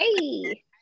Hey